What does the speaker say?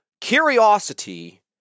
curiosity